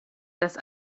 das